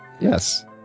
Yes